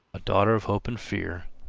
a daughter of hope and fear,